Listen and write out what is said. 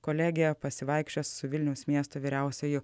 kolegė pasivaikščios su vilniaus miesto vyriausiuoju